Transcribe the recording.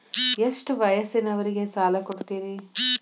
ಎಷ್ಟ ವಯಸ್ಸಿನವರಿಗೆ ಸಾಲ ಕೊಡ್ತಿರಿ?